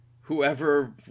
whoever